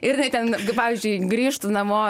ir jinai ten pavyzdžiui grįžtu namo